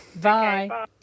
bye